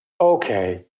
okay